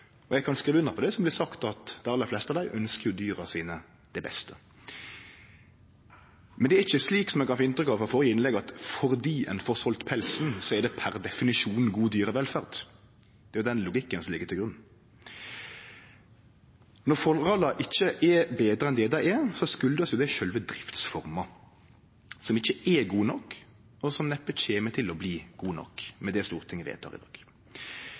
og eg kan skrive under på det som blir sagt: at dei aller fleste av dei ønskjer dyra sine det beste. Men det er ikkje slik, som ein kan få inntrykk av ut frå førre innlegg, at fordi ein får selt pelsen, er det per definisjon god dyrevelferd. Det er den logikken som ligg til grunn. Når forholda ikkje er betre enn det dei er, kjem det av sjølve driftsforma, som ikkje er god nok, og som neppe kjem til å bli god nok med det Stortinget vedtek i dag.